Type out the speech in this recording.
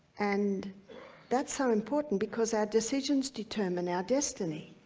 and that's so important because our decisions determine our destiny.